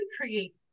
create